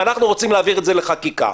ואנחנו רוצים להעביר את זה לחקיקה.